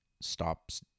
stops